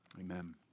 Amen